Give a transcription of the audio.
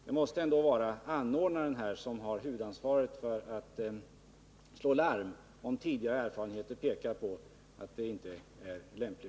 Det måste vara anordnaren som bär huvudansvaret för att slå larm, om tidigare erfarenheter pekar på att en person inte är lämplig.